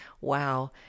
Wow